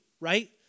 right